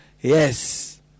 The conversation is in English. Yes